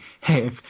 hey